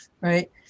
right